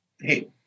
Hey